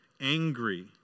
angry